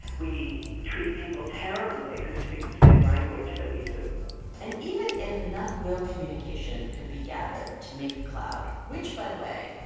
we treat people terribly who speak the same language that we do and even if enough whale communication could be gathered to make a cloud which, by the way,